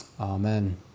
Amen